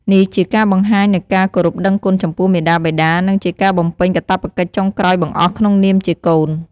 នេះជាការបង្ហាញនូវការគោរពដឹងគុណចំពោះមាតាបិតា និងជាការបំពេញកាតព្វកិច្ចចុងក្រោយបង្អស់ក្នុងនាមជាកូន។